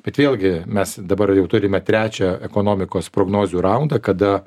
bet vėlgi mes dabar jau turime trečią ekonomikos prognozių raundą kada